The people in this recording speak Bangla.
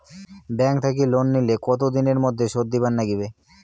ব্যাংক থাকি লোন নিলে কতো দিনের মধ্যে শোধ দিবার নাগিবে?